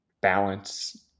balance